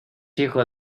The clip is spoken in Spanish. hijo